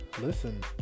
listen